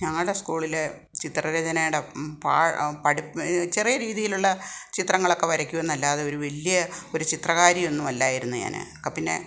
ഞങ്ങളുടെ സ്കൂളിൽ ചിത്ര രചനയുടെ പാ പഠി ചെറിയ രീതിയിലുള്ള ചിത്രങ്ങളൊക്കെ വരക്കുമെന്നല്ലാതെ വലിയ ഒരു ചിത്രകാരിയൊന്നും അല്ലായിരുന്നു ഞാൻ പിന്നെ